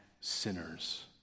sinners